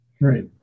Right